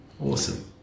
awesome